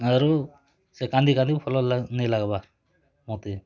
ଆରୁ ସେଇ କାନ୍ଦି କାନ୍ଦି ଭଲ ନାଇଁ ଲାଗ୍ବାର୍ ମତେ